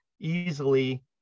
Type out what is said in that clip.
easily